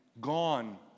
gone